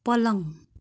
पलङ